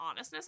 honestness